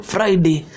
Friday